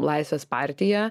laisvės partija